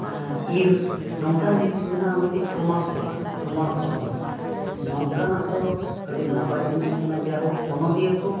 ᱟᱨ ᱤᱨ ᱱᱚᱝᱠᱟᱱ ᱡᱤᱱᱤᱥ ᱢᱮᱱᱟᱜᱼᱟ ᱢᱤᱫᱴᱤᱡ ᱯᱨᱚᱢᱟᱬ ᱥᱟᱹᱛᱟᱜ ᱯᱨᱚᱢᱟᱱ ᱥᱚᱦᱚ ᱢᱮᱱᱟᱜᱼᱟ ᱱᱚᱝᱠᱟᱱᱟᱜ ᱫᱚ ᱟᱹᱰᱤ ᱱᱟᱯᱟᱭ ᱡᱤᱱᱤᱥ ᱠᱟᱱᱟ ᱡᱟᱭ ᱦᱳᱠ ᱚᱱᱚᱞᱤᱭᱟᱹ ᱠᱚ